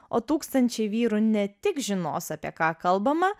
o tūkstančiai vyrų ne tik žinos apie ką kalbama